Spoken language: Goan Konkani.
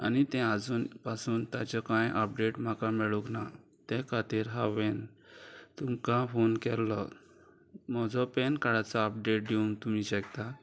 आनी तें आजून पासून ताचे कांय अपडेट म्हाका मेळूंक ना ते खातीर हांवें तुमकां फोन केल्लो म्हजो पॅन कार्डाचो अपडेट दिवंक तुमी शकता